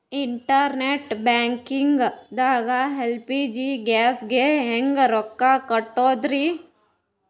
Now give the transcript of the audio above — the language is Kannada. ಇಂಟರ್ನೆಟ್ ಬ್ಯಾಂಕಿಂಗ್ ದಾಗ ಎಲ್.ಪಿ.ಜಿ ಗ್ಯಾಸ್ಗೆ ಹೆಂಗ್ ರೊಕ್ಕ ಕೊಡದ್ರಿ?